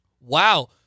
Wow